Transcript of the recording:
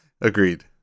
Agreed